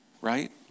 right